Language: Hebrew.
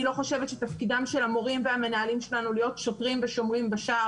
אני לא חושבת שתפקידם של המורים שלנו להיות שוטרים ושומרים בשער.